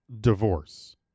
divorce